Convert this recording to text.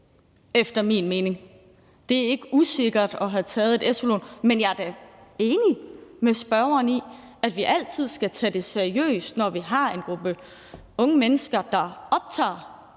efter min mening. Det er ikke usikkert at have taget et su-lån, men jeg er da enig med spørgeren i, at vi altid skal tage det seriøst, når vi har en gruppe unge mennesker, der optager